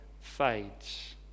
fades